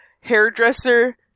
hairdresser